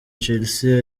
chelsea